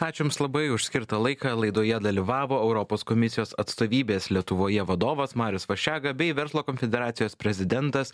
ačiū jums labai už skirtą laiką laidoje dalyvavo europos komisijos atstovybės lietuvoje vadovas marius vaščega bei verslo konfederacijos prezidentas